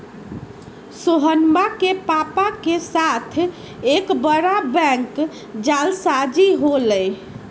सोहनवा के पापा के साथ एक बड़ा बैंक जालसाजी हो लय